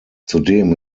zudem